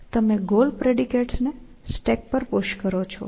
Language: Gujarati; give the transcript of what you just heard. તમે ગોલ પ્રેડિકેટસ ને સ્ટેક પર પુશ કરો છો